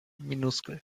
minuskel